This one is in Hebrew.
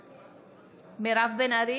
בעד מירב בן ארי,